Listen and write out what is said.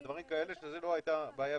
שבזה לא הייתה בעיה,